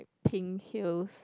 pink heels